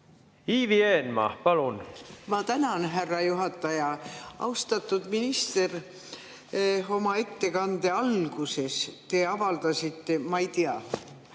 köhib selle peale? Ma tänan, härra juhataja! Austatud minister! Oma ettekande alguses te avaldasite, ma ei tea,